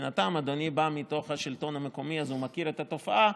מבחינתם אדוני בא מתוך השלטון המקומי אז הוא מכיר את התופעה,